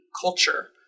culture